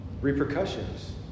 repercussions